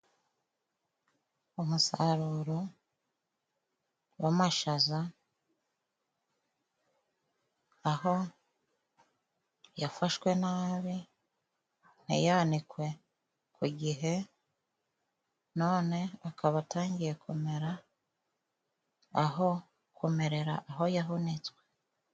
Umusaruro w'amashaza aho yafashwe nabi ntiyanikwe ku gihe none akaba atangiye kumera aho kumerera aho yahunitswe.